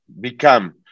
become